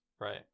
right